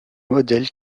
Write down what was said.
modèle